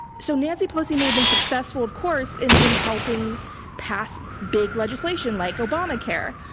so nancy pelosi may have been successful, of course, in in helping pass big legislation like obamacare,